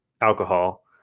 alcohol